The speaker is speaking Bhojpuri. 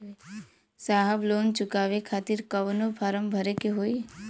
साहब लोन चुकावे खातिर कवनो फार्म भी भरे के होइ?